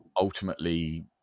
ultimately